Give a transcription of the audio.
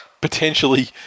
potentially